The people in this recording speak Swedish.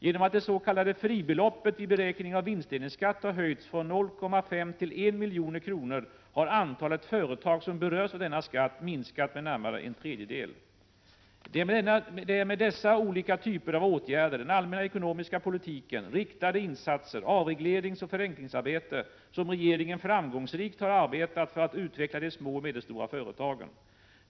Genom att det s.k. fribeloppet vid beräkning av vinstdelningsskatt har höjts från 0,5 till 1 milj.kr. har antalet företag som berörs av denna skatt minskat med närmare en tredjedel. Det är med dessa olika typer av åtgärder — den allmänna ekonomiska politiken, riktade insatser, avregleringsoch förenklingsarbete — som regeringen framgångsrikt har arbetat för att utveckla de små och medelstora företagen.